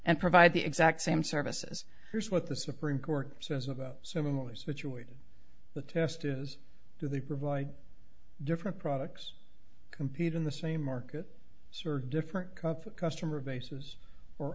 and provide the exact same services here's what the supreme court says about similar situated the test is do they provide different products compete in the same market for different cup of customer bases or